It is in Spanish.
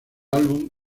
álbum